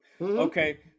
Okay